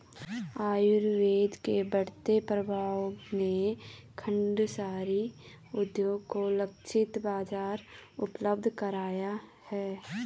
आयुर्वेद के बढ़ते प्रभाव ने खांडसारी उद्योग को लक्षित बाजार उपलब्ध कराया है